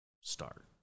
start